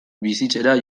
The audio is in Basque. bizitzera